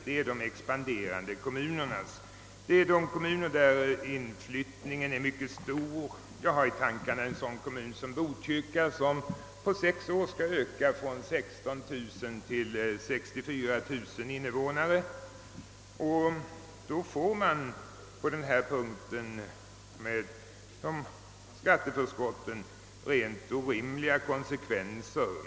Det gäller de expanderande kommunerna, d.v.s. de kommuner till vilka inflyttningen är mycket stor. Jag har i tankarna en sådan kommun som Botkyrka, som på sex år skall öka från 16 000 till 64 000 invånare. I ett sådant fall får beräkningsgrunden för skatteförskotten rent orimliga konsekvenser.